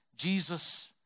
Jesus